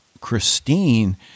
Christine